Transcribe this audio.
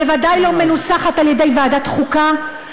ובוודאי לא מנוסחת על-ידי ועדת החוקה.